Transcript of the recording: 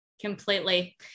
Completely